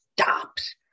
Stops